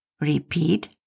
Repeat